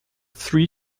three